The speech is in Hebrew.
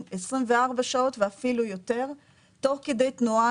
24 שעות ואפילו יותר תוך כדי תנועה,